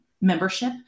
membership